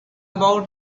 about